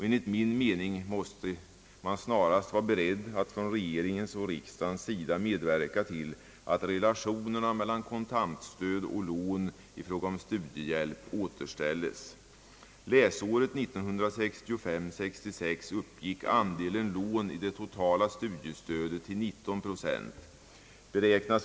Enligt min mening måste man snarast vara beredd från regeringens och riksdagens sida att medverka till att relationerna mellan kontantstöd och lån i fråga om studiehjälp återställes. Läsåret 1965/66 uppgick andelen lån i det totala studiestödet till 19 procent.